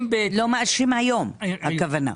לא מאשרים היום הכוונה.